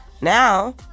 Now